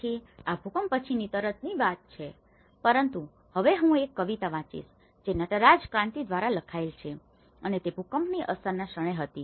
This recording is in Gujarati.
તેથી આ ભૂકંપ પછીની તરતની જ વાત છે પરંતુ હવે હું એક કવિતા વાંચીશ જે નટરાજ ક્રાંતિ દ્વારા લખાયેલ છે અને તે ભૂકંપની અસરના ક્ષણે હતી